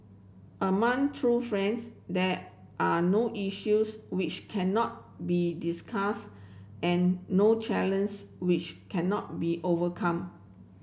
among true friends there are no issues which cannot be discussed and no which cannot be overcome